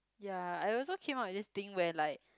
ya I also came up with this thing where like